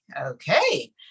Okay